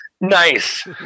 Nice